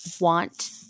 want